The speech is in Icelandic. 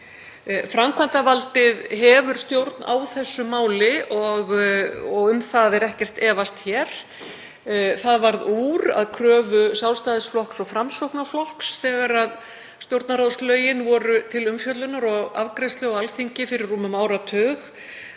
Framkvæmdarvaldið hefur stjórn á þessu máli og um það er ekkert efast hér. Það varð úr, að kröfu Sjálfstæðisflokks og Framsóknarflokks þegar stjórnarráðslögin voru til umfjöllunar og afgreiðslu á Alþingi fyrir rúmum áratug,